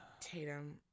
Tatum